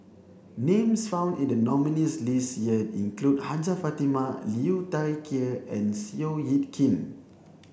names found in the nominees' list year include Hajjah Fatimah Liu Thai Ker and Seow Yit Kin